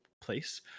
place